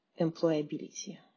employability